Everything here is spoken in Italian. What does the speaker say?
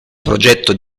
progetto